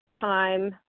time